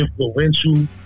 influential